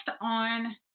on